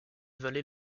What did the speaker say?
valley